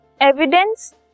evidence